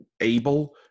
able